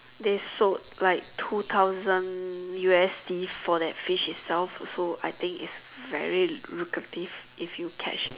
they sold like two thousand U_S_D for that fish itself also I think it's very lucrative if you catch